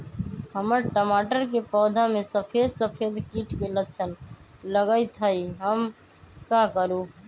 हमर टमाटर के पौधा में सफेद सफेद कीट के लक्षण लगई थई हम का करू?